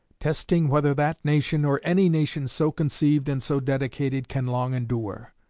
testing whether that nation, or any nation so conceived and so dedicated, can long endure.